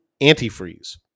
antifreeze